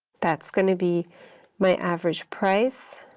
that's going to be my average price.